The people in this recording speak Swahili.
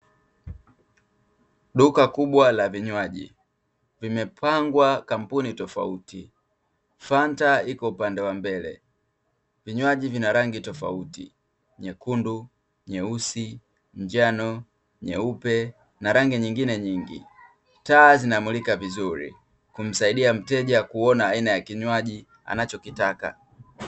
Duka kubwa la vinywaji vimepangwa kampuni tofauti, Fanta iko upande wa mbele, vinywaji vina rangi tofauti nyekundu, nyeusi, njano, nyeupe na rangi nyingine nyingi, taa zinaamulika vizuri kumsaidia mteja kuona aina ya kinywaji anachokitaka.